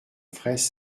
fraysse